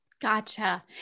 Gotcha